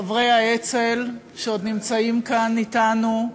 חברי האצ"ל שעוד נמצאים כאן אתנו,